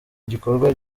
igikorwa